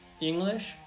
English